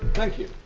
thank you!